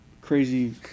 crazy